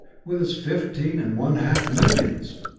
with its fifteen and one half millions!